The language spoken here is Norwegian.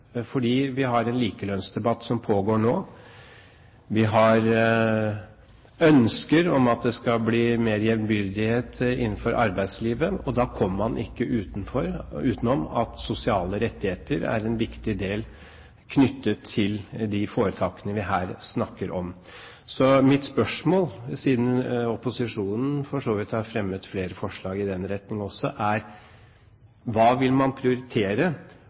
fordi vi har en likelønnsdebatt som pågår nå – vi har ønsker om at det skal bli mer jevnbyrdighet innenfor arbeidslivet – kommer man ikke utenom at sosiale rettigheter er en viktig del knyttet til de foretakene vi her snakker om. Så mitt spørsmål er, siden opposisjonen for så vidt har fremmet flere forslag i den retning også: Hva vil man prioritere